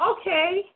Okay